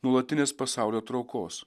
nuolatinės pasaulio traukos